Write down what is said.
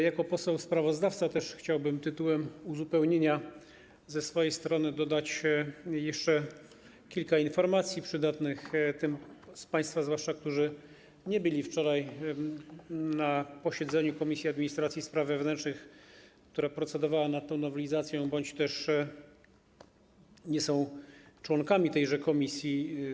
Jako poseł sprawozdawca też chciałbym tytułem uzupełnienia ze swojej strony dodać jeszcze kilka informacji przydatnych zwłaszcza tym z państwa, którzy nie byli wczoraj na posiedzeniu Komisji Administracji i Spraw Wewnętrznych, która procedowała nad tą nowelizacją, bądź też nie są członkami tejże komisji.